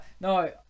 no